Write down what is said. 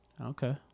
Okay